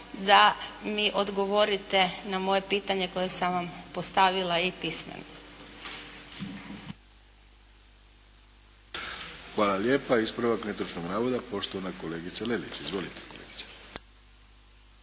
da mi odgovorite na moje pitanje koje sam vam postavila i pismeno. **Arlović, Mato (SDP)** Hvala lijepa. Ispravak netočnog navoda, poštovana kolegica Lelić. Izvolite kolegice.